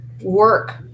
work